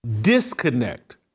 Disconnect